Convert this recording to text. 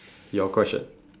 your question